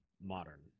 modern